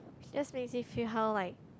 it just makes me feel how like